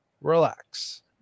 relax